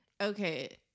okay